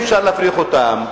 אי-אפשר להפריך אותן,